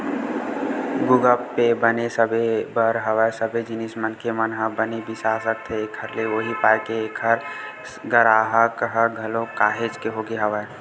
गुगप पे बने सबे बर हवय सबे जिनिस मनखे मन ह बने बिसा सकथे एखर ले उहीं पाय के ऐखर गराहक ह घलोक काहेच के होगे हवय